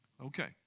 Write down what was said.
Okay